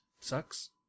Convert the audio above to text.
sucks